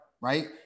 right